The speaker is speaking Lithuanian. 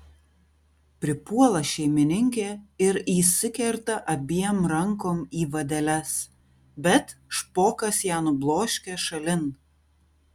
pripuola šeimininkė ir įsikerta abiem rankom į vadeles bet špokas ją nubloškia šalin